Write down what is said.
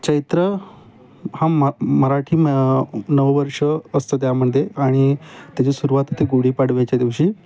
च्र हा मराठी नऊ वर्ष असतं त्यामदे आणि त्याची सुरुवात होते गुढी पाडव्याच्या दिवशी